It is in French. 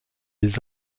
des